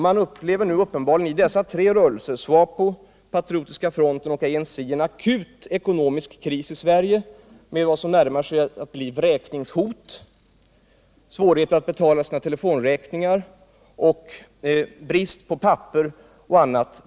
Man upplever uppenbarligen i dessa tre rörelser, SWAPO, Patriotiska fronten och ANC en akut ekonomisk kris i Sverige med vad som närmar sig att bli vräkningshot, svårighet att betala sina telefonräkningar och brist på papper och annat.